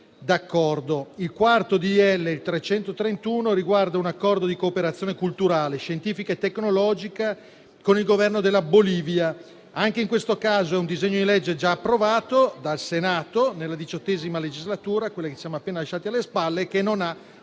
ovvero il n. 331, riguarda un Accordo di cooperazione culturale, scientifica e tecnologica con il Governo della Bolivia. Anche in questo caso si tratta di un disegno di legge già approvato dal Senato nella XVIII legislatura, quella che ci siamo appena lasciati alle spalle, che non ha